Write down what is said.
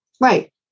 Right